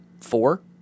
four